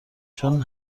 چون